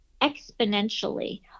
exponentially